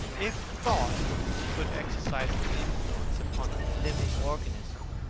if thought could exercise its influence upon a living organism,